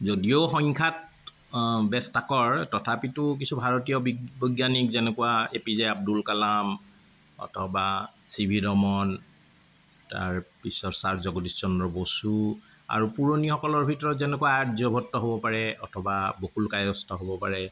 যদিও সংখ্যাত বেচ তাকৰ তথাপিতো কিছু ভাৰতীয় বি বৈজ্ঞানিক যেনেকুৱা A P J Abdul Kalam অথবা চি ভি ৰমন তাৰপিছত ছাৰ জগদীশ চন্দ্ৰ বসু আৰু পুৰণি সকলৰ ভিতৰত যেনেকুৱা আৰ্যভট্ট হ'ব পাৰে অথবা বকুল কায়স্থ হ'ব পাৰে